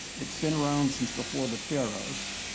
it's been around since before the pharaohs,